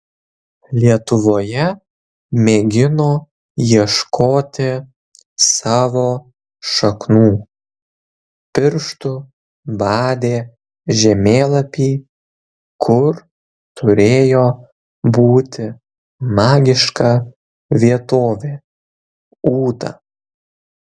lietuvoje mėgino ieškoti savo šaknų pirštu badė žemėlapį kur turėjo būti magiška vietovė ūta